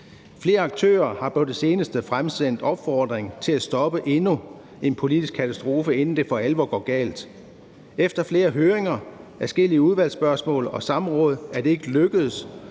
Flere aktører har på det seneste fremsendt opfordring til at stoppe endnu en politisk katastrofe, inden det for alvor går galt. Efter flere høringer, adskillige udvalgsspørgsmål og samråd er det ikke lykkedes